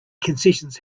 concessions